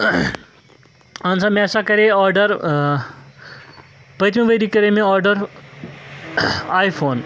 اہن سا مےٚ ہسا کَرے آرڈَر پٔتۍمہِ ؤریہِ کَرے مےٚ آرڈَر آی فون